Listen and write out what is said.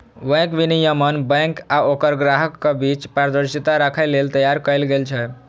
bank विनियमन bank आ ओकर ग्राहकक बीच पारदर्शिता राखै लेल तैयार कैल गेल छै